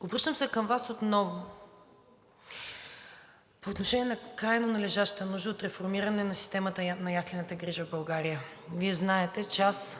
Обръщам се към Вас отново по отношение на крайно належащата нужда от реформиране на системата на яслената грижа в България. Вие знаете, че аз